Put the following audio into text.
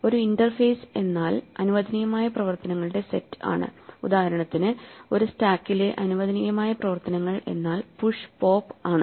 ഒരു ഇന്റർഫേസ് എന്നാൽ അനുവദനീയമായ പ്രവർത്തനങ്ങളുടെ സെറ്റ് ആണ് ഉദാഹരണത്തിന് ഒരു സ്റ്റാക്കിലെ അനുവദനീയമായ പ്രവർത്തനങ്ങൾ എന്നാൽ പുഷ് പോപ്പ് ആണ്